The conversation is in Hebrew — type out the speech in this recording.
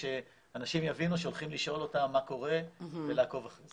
שאנשים יבינו שהולכים לשאול אותם מה קורה ולעקוב אחרי זה.